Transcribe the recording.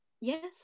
Yes